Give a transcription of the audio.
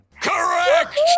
Correct